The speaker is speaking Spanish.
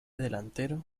delantero